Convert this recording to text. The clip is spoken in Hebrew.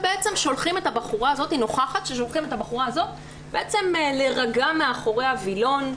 היא נוכחת ששולחים את הבחורה הזאת להירגע אחרי הווילון.